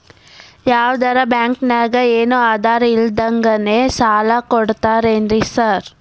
ಯಾವದರಾ ಬ್ಯಾಂಕ್ ನಾಗ ಏನು ಆಧಾರ್ ಇಲ್ದಂಗನೆ ಸಾಲ ಕೊಡ್ತಾರೆನ್ರಿ ಸಾರ್?